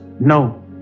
no